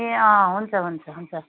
ए अँ हुन्छ हुन्छ हुन्छ